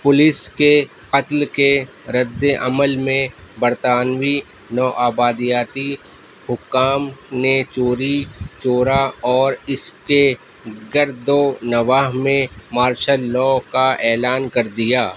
police کے قتل کے ردِّ عمل میں برطانوی نوآبادیاتی حکام نے چوری چورہ اور اس کے گرد و نواح میں مارشل لاء کا اعلان کر دیا